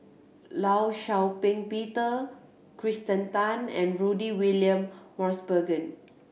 Law Shau Ping Peter Kirsten Tan and Rudy William Mosbergen